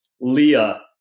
Leah